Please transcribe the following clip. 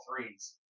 threes